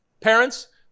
Parents